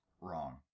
Wrong